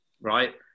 Right